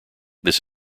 this